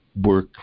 work